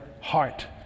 heart